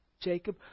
Jacob